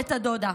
את הדודה.